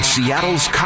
Seattle's